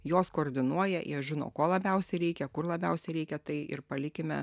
jos koordinuoja jie žino ko labiausiai reikia kur labiausiai reikia tai ir palikime